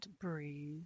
breathe